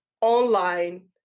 online